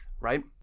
right